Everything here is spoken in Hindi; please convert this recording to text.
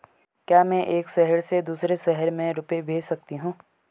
क्या मैं एक शहर से दूसरे शहर रुपये भेज सकती हूँ?